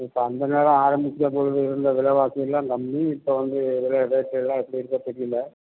இப்போ அந்த நேரம் ஆரம்பித்த பொழுது இருந்த விலைவாசி எல்லாம் கம்மி இப்போ வந்து விலை ரேட் எல்லாம் எப்படி இருக்கோ தெரியல